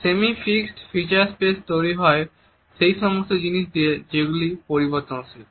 semi fixed feature space তৈরি হয় সেই সমস্ত জিনিস দিয়ে যেগুলি পরিবর্তনশীল